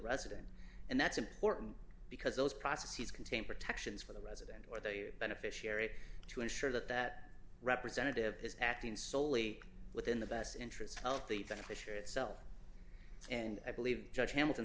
resident and that's important because those processes contain protections for the resident or the beneficiary to ensure that that representative is acting solely within the best interests health the finisher itself and i believe judge hamilton